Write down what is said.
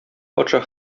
патша